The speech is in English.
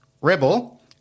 Rebel